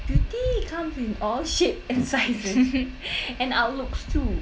beauty comes in all shape and sizes and outlooks too